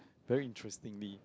very interestingly